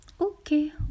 Okay